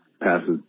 passes